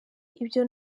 ibyo